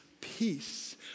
peace